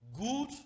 good